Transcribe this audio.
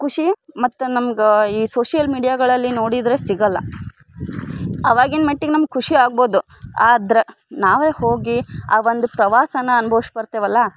ಖುಷಿ ಮತ್ತು ನಮ್ಗೆ ಈ ಸೋಷ್ಯಲ್ ಮಿಡಿಯಾಗಳಲ್ಲಿ ನೋಡಿದರೆ ಸಿಗೋಲ್ಲ ಆವಾಗಿನ ಮಟ್ಟಿಗೆ ನಮ್ಗೆ ಖುಷಿ ಆಗ್ಬೋದು ಆದ್ರೆ ನಾವೇ ಹೋಗಿ ಆ ಒಂದು ಪ್ರವಾಸನ ಅನ್ಭವ್ಸಿ ಬರ್ತೀವಲ್ಲ